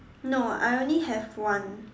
no I only have one